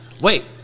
wait